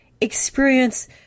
experience